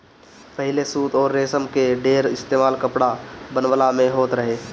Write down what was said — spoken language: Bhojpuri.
पहिले सूत अउरी रेशम कअ ढेर इस्तेमाल कपड़ा बनवला में होत रहे